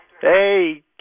Hey